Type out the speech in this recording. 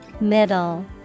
Middle